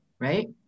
right